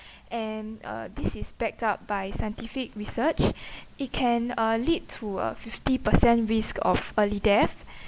and uh this is backed up by scientific research it can uh lead to a fifty percent risk of early death